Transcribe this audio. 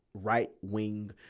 right-wing